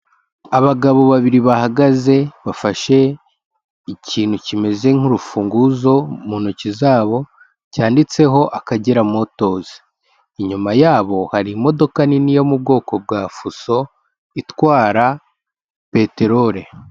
Abagabo babiri bahagaze bafashe ikintu kimeze nk'urufunguzo mu ntoki zabo, cyanditseho Akagera motozi, inyuma yabo hari imodoka nini yo mu bwoko bwa fuso itwara peterori.